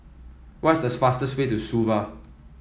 what is the fastest way to Suva